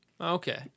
Okay